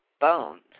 Bones